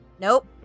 Nope